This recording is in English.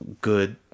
Good